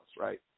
right